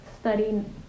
studying